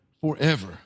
forever